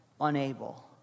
unable